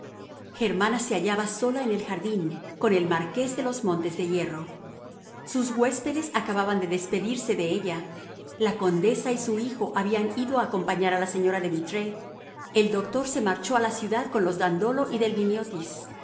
germana germana se hallaba sola en el jardín con el marqués de los montes de hierro sus huéspedes acababan de despedirse de ella la condesa y su hijo habían ido a acompañar a la señora de vitré el doctor se marchó a la ciudad con los dandolo y